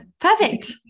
perfect